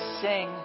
sing